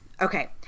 Okay